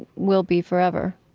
will be forever,